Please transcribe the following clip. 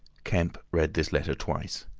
kemp read this letter twice,